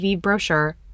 brochure